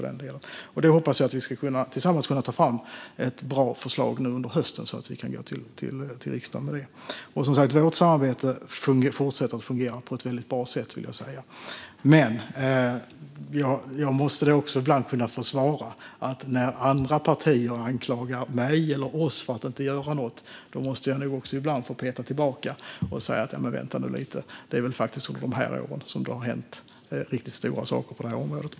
Jag hoppas att vi tillsammans ska kunna ta fram ett bra förslag under hösten att gå till riksdagen med. Som sagt: Vårt samarbete fortsätter att fungera på ett väldigt bra sätt. Men när andra partier anklagar mig eller oss för att inte göra något måste jag nog ibland få peka tillbaka och säga: Vänta nu lite, för det är väl faktiskt under de här åren som det har hänt riktigt stora saker på det här området.